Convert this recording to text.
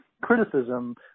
criticism